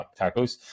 tacos